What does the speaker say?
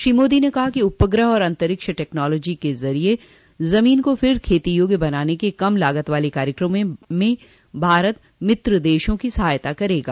श्री मोदी ने कहा कि उपग्रह और अंतरिक्ष टैक्नोलोजी के जरिये जमीन को फिर खेती योग्य बनाने के कम लागत वाले कार्यक्रमों मं भारत मित्र देशों की सहायता करेगा